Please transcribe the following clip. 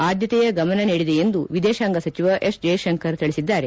ಆದ್ಯತೆಯ ಗಮನ ನೀಡಿದೆಯೆಂದು ವಿದೇಶಾಂಗ ಸಚಿವ ಎಸ್ ಜೈಶಂಕರ್ ತಿಳಿಸಿದ್ದಾರೆ